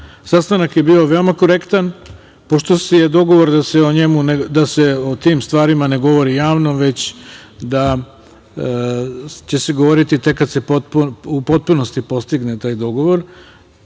sastanku. Sastanak je bio veoma korektan. Pošto je dogovor da se o tim stvarima ne govori javno, već će se govoriti tek kada se u potpunosti postigne taj dogovor.